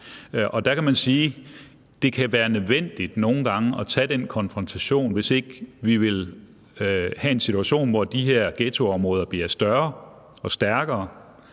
Og der kan man sige, at det kan være nødvendigt nogle gange at tage den konfrontation, hvis ikke vi vil have en situation, hvor de her ghettoområder bliver større og stærkere,